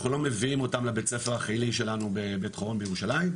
אנחנו לא מביאים אותם לבית ספר החיילי שלנו בבית חורון בירושלים,